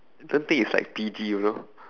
I don't think it's like P_G you know